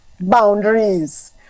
boundaries